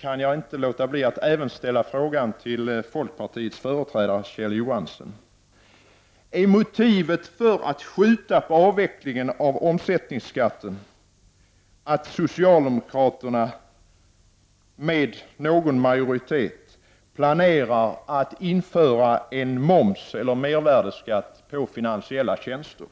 kan jag inte låta bli att även ställa frågan till folkpartiets företrädare Kjell Johansson: Är motivet för att skjuta på avvecklingen av omsättningsskatten att socialdemokraterna med någon majoritet planerar att införa en moms eller mervärdeskatt på finansiella tjänster?